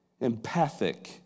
empathic